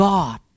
God